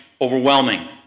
overwhelming